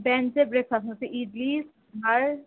बिहान चाहिँ ब्रेकफास्टमा चाहिँ इडली साम्बार